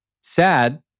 Sad